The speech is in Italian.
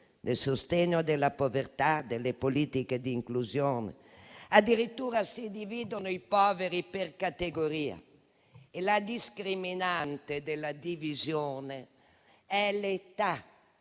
nel sostegno della povertà, nelle politiche di inclusione. Addirittura si dividono i poveri per categoria e la discriminante della divisione è l'età